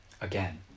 Again